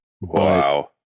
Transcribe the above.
Wow